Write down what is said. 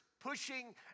pushing